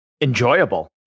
enjoyable